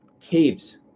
caves